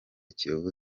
kiyovu